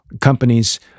companies